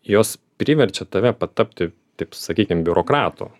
jos priverčia tave patapti taip sakykim biurokratu